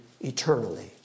eternally